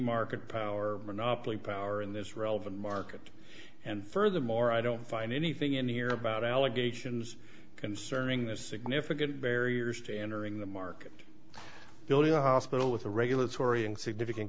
market power monopoly power in this relevant market and furthermore i don't find anything in here about allegations concerning the significant barriers to entering the market building a hospital with a regulatory and significant